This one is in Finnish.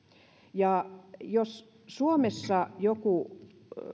jos suomessa joku